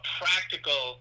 practical